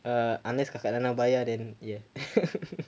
err unless kakak telah bayar then yeah